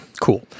cool